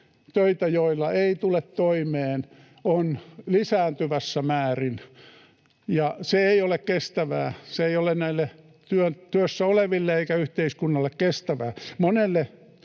joilla ei tule toimeen, on lisääntyvässä määrin, ja se ei ole kestävää. Se ei ole näille työssä oleville eikä yhteiskunnalle kestävää.